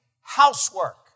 housework